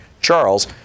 Charles